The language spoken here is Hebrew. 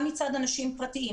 גם מצד אנשים פרטיים.